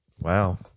Wow